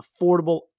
affordable